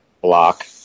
Block